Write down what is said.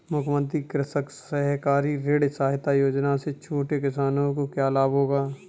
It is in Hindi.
मुख्यमंत्री कृषक सहकारी ऋण सहायता योजना से छोटे किसानों को क्या लाभ होगा?